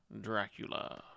Dracula